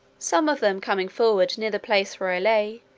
some of them coming forward near the place where i lay,